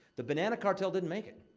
the banana cartel didn't make it.